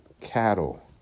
cattle